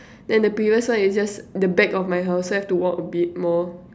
and then the previous one is just the back of my house so I have to walk a bit more